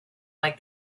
like